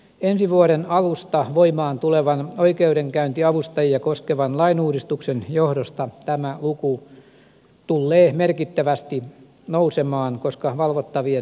ensi vuoden alusta voimaan tulevan oikeudenkäyntiavustajia koskevan lainuudistuksen johdosta tämä luku tullee merkittävästi nousemaan koska valvottavien piiri laajenee